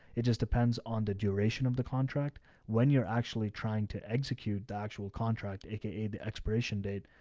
it just depends on the duration of the contract when you're actually trying to execute the actual contract, aka the expiration date.